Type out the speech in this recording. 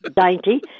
dainty